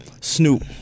Snoop